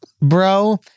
bro